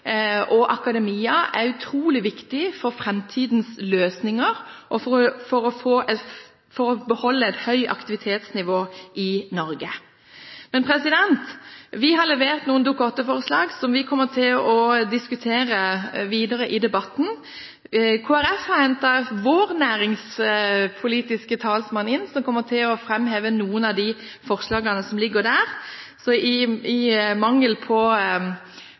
og akademia er utrolig viktig for framtidens løsninger og for å beholde et høyt aktivitetsnivå i Norge. Vi har levert noen Dokument 8-forslag, som vi kommer til å diskutere videre i debatten. Kristelig Folkeparti har hentet inn sin næringspolitiske talsmann, som kommer til å framheve noen av de forslagene som ligger der. I mangel